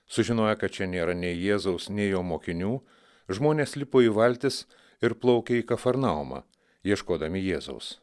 sužinoję kad čia nėra nei jėzaus nei jo mokinių žmonės lipo į valtis ir plaukė į kafarnaumą ieškodami jėzaus